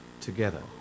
together